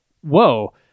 whoa